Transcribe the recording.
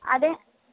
అదే